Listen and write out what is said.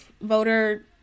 Voter